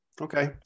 okay